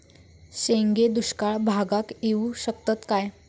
शेंगे दुष्काळ भागाक येऊ शकतत काय?